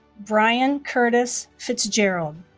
brian curtis fitzgerald